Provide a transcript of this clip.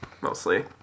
mostly